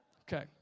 Okay